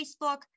Facebook